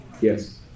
Yes